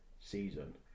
season